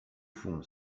fond